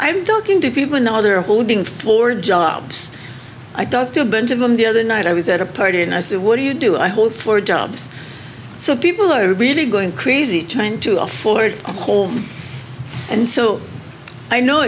i'm talking to people in the other holding for jobs i don't do a bunch of them the other night i was at a party and i said what do you do i hope for jobs so people are really going crazy trying to afford a home and so i know